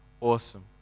Awesome